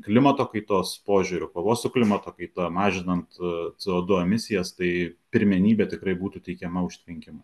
klimato kaitos požiūriu kovos su klimato kaita mažinant c o du emisijas tai pirmenybė tikrai būtų teikiama užtvenkimui